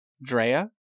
Drea